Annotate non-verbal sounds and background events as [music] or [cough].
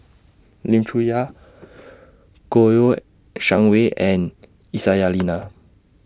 Lim Chong Yah Kouo Shang Wei and Aisyah Lyana [noise]